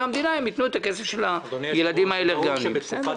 המדינה הם יתנו את הכסף לילדים עם האלרגיות.